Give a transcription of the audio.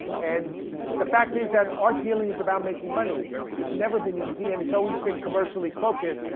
and the fact is that art dealing is about making money, it's never been easy, and it's always been commercially focused.